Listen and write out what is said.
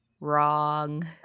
wrong